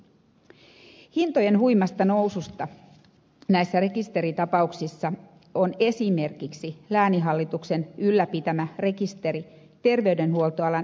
hintojen huimasta noususta näissä rekisteritapauksissa on esimerkiksi lääninhallituksen ylläpitämä rekisteri terveydenhuoltoalan yrittäjistä